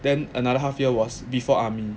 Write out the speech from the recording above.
then another half year was before army